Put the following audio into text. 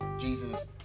Jesus